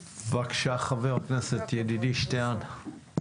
חבר כנסת, ידידי, שטרן.